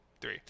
three